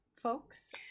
folks